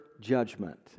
judgment